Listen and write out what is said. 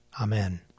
Amen